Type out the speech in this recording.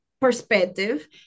perspective